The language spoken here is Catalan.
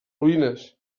ruïnes